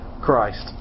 Christ